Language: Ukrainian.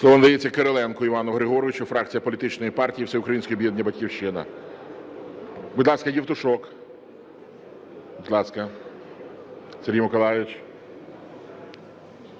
Слово надається Кириленку Івану Григоровичу, фракція політичної партії всеукраїнське об'єднання "Батьківщина". Будь ласка, Євтушок. Будь ласка, Сергій Миколайович.